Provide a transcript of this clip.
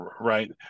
right